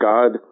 God